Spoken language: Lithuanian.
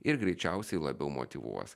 ir greičiausiai labiau motyvuos